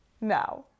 Now